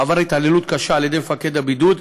עבר התעללות קשה בידי מפקד הבידוד.